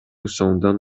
сомдон